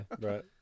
right